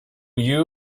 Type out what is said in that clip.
you